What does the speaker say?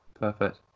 Perfect